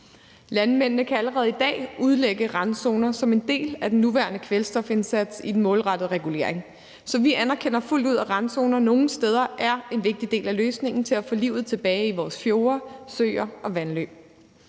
Landmændene kan allerede i dag udlægge randzoner som en del af den nuværende kvælstofindsats i den målrettede regulering, så vi anerkender fuldt ud, at randzoner nogle steder er en vigtig del af løsningen til at få livet tilbage i vores fjorde, søer og vandløb.